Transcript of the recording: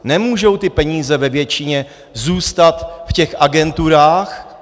Nemůžou ty peníze ve většině zůstat v těch agenturách.